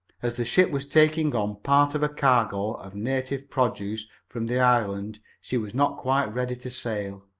as the ship was taking on part of a cargo of native produce from the island she was not quite ready to sail,